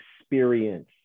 experience